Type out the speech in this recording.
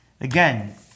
Again